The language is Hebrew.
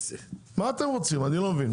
מה אתם רוצים אני לא מבין,